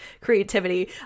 creativity